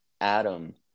Adam